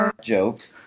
joke